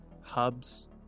hubs